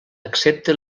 excepte